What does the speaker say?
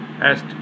asked